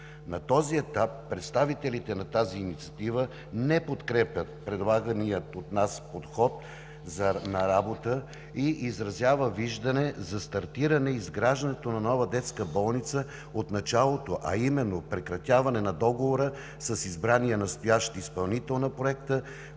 На този етап представителите на Инициативата не подкрепят предлагания от нас подход на работа и изразяват виждане за стартиране изграждането на нова детска болница от началото, а именно прекратяване на договора с избрания настоящ изпълнител на проекта,